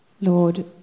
Lord